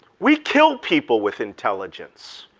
we kill people with intelligence,